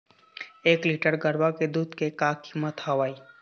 एक लीटर गरवा के दूध के का कीमत हवए?